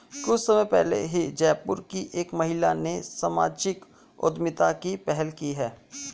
कुछ समय पहले ही जयपुर की एक महिला ने सामाजिक उद्यमिता की पहल की है